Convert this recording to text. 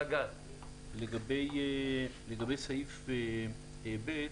לגבי סעיף ב,